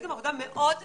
עשיתם עבודה מאוד יפה,